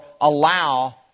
allow